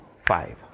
five